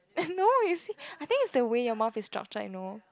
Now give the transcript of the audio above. uh no you see I think is the way your mouth is structured you know